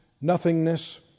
nothingness